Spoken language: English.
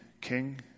King